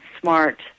smart